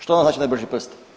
Što nam znači najbrži prst.